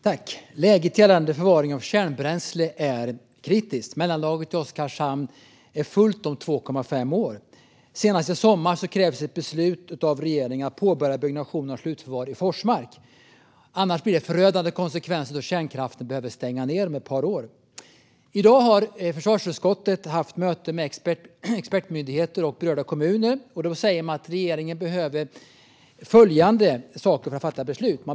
Fru talman! Läget gällande förvaring av kärnbränsle är kritiskt. Mellanlagret i Oskarshamn är fullt om två och ett halvt år. Senast i sommar krävs ett beslut av regeringen att påbörja byggnation av slutförvar i Forsmark, annars blir det förödande konsekvenser då kärnkraften behöver stänga ned om ett par år. I dag har försvarsutskottet haft möte med expertmyndigheter och berörda kommuner. Då säger man att regeringen behöver fyra yttranden för att fatta beslut.